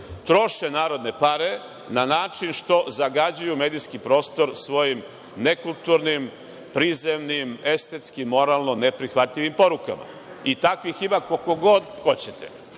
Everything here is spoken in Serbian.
troše narodne pare na način što zagađuju medijski prostor svojim nekulturnim, prizemnim, estetskim, moralno neprihvatljivim porukama. Takvih ima koliko god hoćete.